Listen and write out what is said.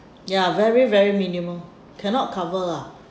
ya very very minimal cannot cover lah